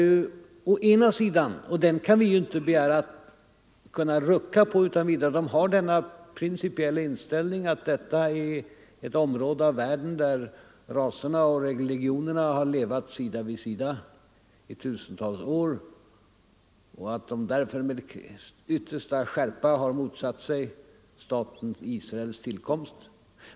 Å ena sidan har de den principiella inställningen — och vi kan inte begära att de skall kunna rucka på den utan vidare — att detta är ett område av världen där raserna och religionerna har levat sida vid sida i tusentals år och att de därför Nr 127 med yttersta skärpa har motsatt sig staten Israels tillkomst.